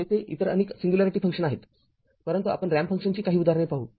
तेथे इतर अनेक सिंग्युलॅरिटी फंक्शन आहेत परंतु आपण रॅम्प फंक्शनची काही उदाहरणे पाहू